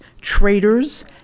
traitors